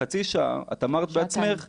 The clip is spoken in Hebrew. חצי שעה, את אמרת בעצמך --- שעתיים.